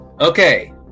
Okay